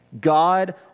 God